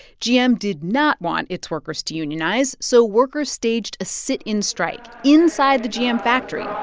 gm did not want its workers to unionize, so workers staged a sit-in strike inside the gm factory.